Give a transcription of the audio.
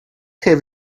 have